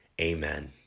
Amen